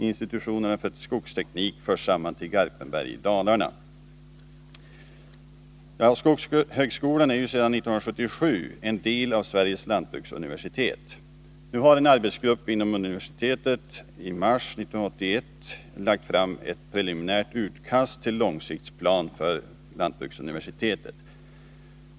Institutionerna för skogsteknik förs samman till Garpenberg i Dalarna.” Skogshögskolan är sedan 1977 en del av Sveriges lantbruksuniversitet. En arbetsgrupp inom universitetet har i mars 1981 lagt fram ett preliminärt utkast till långsiktsplan för lantbruksuniversitetet.